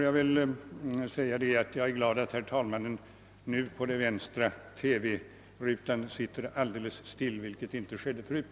Sedan vill jag säga att jag är glad över att herr talmannen nu på den vänstra TV-rutan sitter alldeles stilla vilket inte var fallet förut.